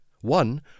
One